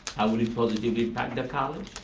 how will it positively impact the college?